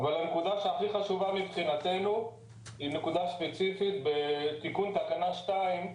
אבל הנקודה שהכי חשובה מבחינתנו היא נקודה ספציפית בתיקון תקנה 2,